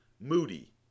moody